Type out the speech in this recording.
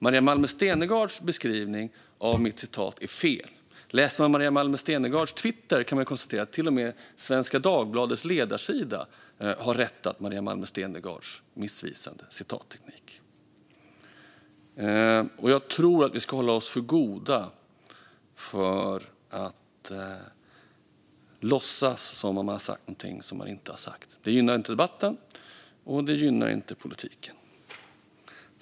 Maria Malmer Stenergards beskrivning av vad jag sa är fel. Läser man Maria Malmer Stenergards Twitter kan man konstatera att till och med Svenska Dagbladets ledarsida har rättat Maria Malmer Stenergards missvisande citatteknik. Jag tror att vi ska hålla oss för goda för att låtsas som att man har sagt någonting som man inte har sagt. Det gynnar inte debatten, och det gynnar inte politiken.